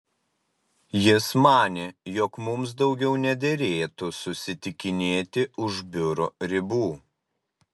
jis manė jog mums daugiau nederėtų susitikinėti už biuro ribų